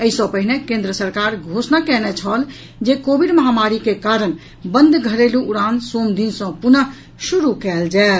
एहि सँ पहिने केंद्र सरकार घोषणा कएने छल जे कोविड महामारी के कारण बंद घरेलू उड़ान सोम दिन सँ पुनः शुरू कयल जायत